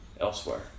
elsewhere